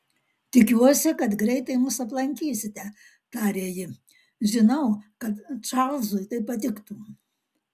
tikiuosi kad greitai mus aplankysite tarė ji žinau kad čarlzui tai patiktų